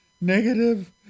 negative